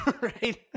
Right